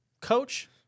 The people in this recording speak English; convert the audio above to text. coach